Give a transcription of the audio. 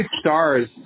stars